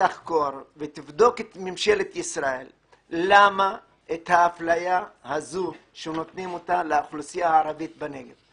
ותחקור את ממשלת ישראל למה קיימת האפליה כלפי האוכלוסייה הערבית בנגב.